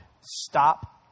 stop